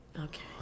Okay